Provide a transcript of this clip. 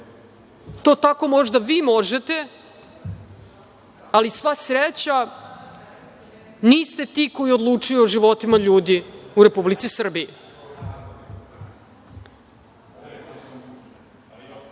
to tako možda vi možete, ali sva sreća niste vi ti koji odlučuju o životima ljudi u Republici Srbiji. Cela